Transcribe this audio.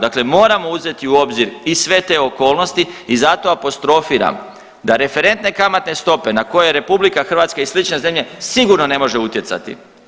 Dakle, moramo uzeti u obzir i sve te okolnosti i zato apostrofiram da referentne kamatne stope na koje Republika Hrvatska i slične zemlje sigurno ne može utjecati.